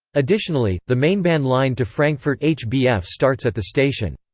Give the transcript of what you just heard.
additionally, the mainbahn line to frankfurt hbf starts at the station.